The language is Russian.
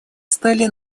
стали